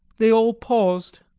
they all paused.